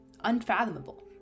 unfathomable